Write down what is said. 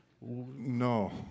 No